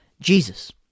Jesus